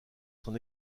son